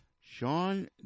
Sean